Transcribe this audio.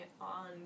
on